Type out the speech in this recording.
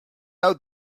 out